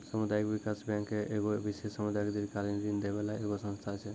समुदायिक विकास बैंक एगो विशेष समुदाय के दीर्घकालिन ऋण दै बाला एगो संस्था छै